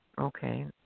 Okay